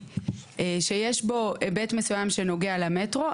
שיש בו היבט מסוים שנוגע למטרו,